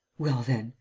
well, then,